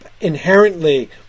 Inherently